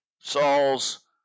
Saul's